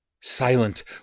silent